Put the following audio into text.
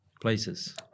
places